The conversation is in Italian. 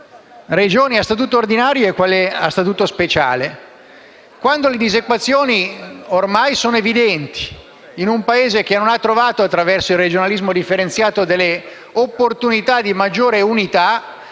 Regioni a statuto ordinario e quelle a Statuto speciale, quando le disequazioni ormai sono evidenti, in un Paese che non ha trovato, attraverso il regionalismo differenziato, l'opportunità di una maggiore unità.